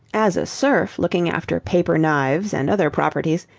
as a serf looking after paper-knives and other properties,